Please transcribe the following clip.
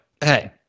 hey